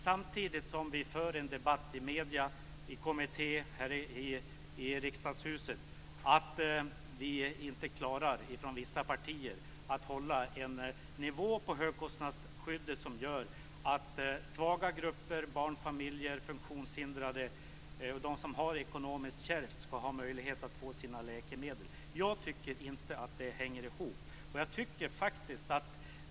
Samtidigt för vi en debatt i medierna, i kommittéer och här i riksdagshuset om att vissa partier inte klarar att hålla en nivå på högkostnadsskyddet som gör att svaga grupper, barnfamiljer, funktionshindrade och de som har det ekonomiskt kärvt har möjlighet att få sina läkemedel. Jag tycker inte att det hänger ihop.